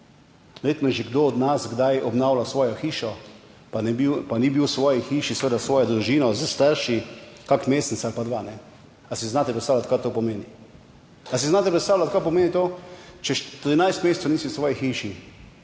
je že kdo od nas kdaj obnavlja svojo hišo, pa ni bil v svoji hiši seveda s svojo družino, s starši kak mesec ali pa dva. Ali si znate predstavljati kaj to pomeni? Ali si znate predstavljati kaj pomeni to, če 13 mesecev nisi v svoji hiši